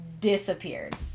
disappeared